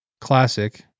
classic